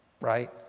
right